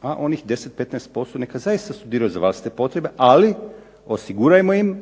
a onih 10, 15% neka zaista studiraju za vlastite potrebe ali osigurajmo im